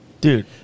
Dude